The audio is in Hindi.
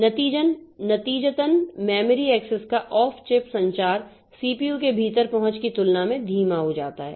नतीजतन मेमोरी एक्सेस का ऑफ चिप संचार सीपीयू के भीतर पहुंच की तुलना में धीमा हो जाता है